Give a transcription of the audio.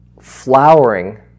flowering